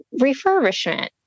refurbishment